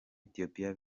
ethiopia